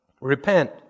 Repent